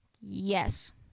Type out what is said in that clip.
Yes